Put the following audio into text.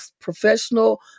professional